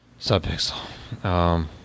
subpixel